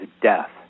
death